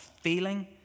feeling